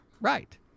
Right